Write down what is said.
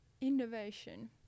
Innovation